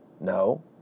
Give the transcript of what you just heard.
no